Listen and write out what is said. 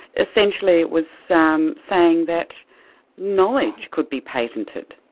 essentially it was um saying that knowledge could be patented.